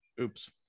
Oops